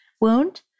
wound